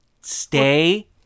stay